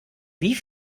wie